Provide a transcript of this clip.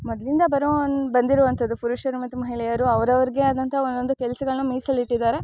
ಮೊದಲಿಂದ ಬರೋ ಅನ್ನ ಬಂದಿರುವಂಥದ್ದು ಪುರುಷರು ಮತ್ತು ಮಹಿಳೆಯರು ಅವ್ರವ್ರಿಗೆ ಆದಂಥ ಒಂದೊಂದು ಕೆಲಸಗಳ್ನ ಮೀಸಲಿಟ್ಟಿದ್ದಾರೆ